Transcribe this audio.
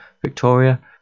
Victoria